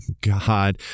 God